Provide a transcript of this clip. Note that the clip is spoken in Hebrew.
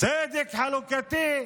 צדק חלוקתי,